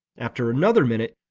after another minute,